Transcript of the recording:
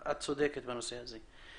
את צודקת בנושא הזה.